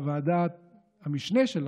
וועדת המשנה שלה,